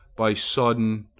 by sudden,